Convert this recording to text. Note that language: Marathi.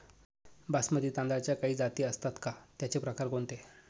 बासमती तांदळाच्या काही जाती असतात का, त्याचे प्रकार कोणते?